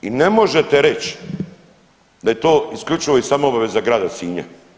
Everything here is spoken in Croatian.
I ne možete reći da je to isključivo i samo obaveza grada Sinja.